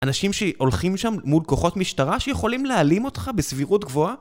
אנשים שהולכים שם מוד כוחות משטרה שיכולים להעלים אותך בסבירות גבוהה?